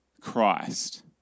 Christ